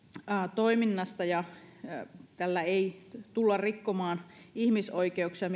toiminnasta tällä ei tulla rikkomaan ihmisoikeuksia